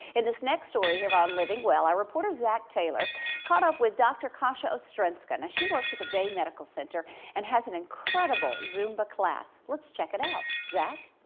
in this next story here on living well our reporter zach taylor caught up with dr. kasia ostrzenska. now and she works at the bay medical center and has an incredible zumba class. let's check it out. zach?